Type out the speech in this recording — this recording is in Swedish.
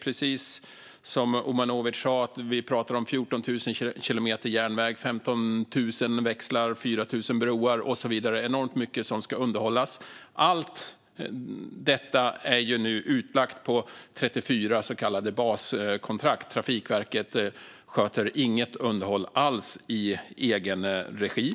Precis som han sa handlar det om 14 000 kilometer järnväg, 15 000 växlar, 4 000 broar och så vidare. Det är enormt mycket som ska underhållas. Allt detta är nu utlagt på 34 så kallade baskontrakt. Trafikverket sköter inget underhåll alls i egen regi.